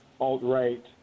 alt-right